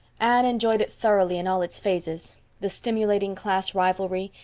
anne enjoyed it thoroughly in all its phases the stimulating class rivalry,